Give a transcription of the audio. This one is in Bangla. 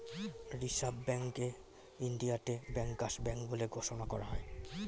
রিসার্ভ ব্যাঙ্ককে ইন্ডিয়াতে ব্যাংকার্স ব্যাঙ্ক বলে ঘোষণা করা হয়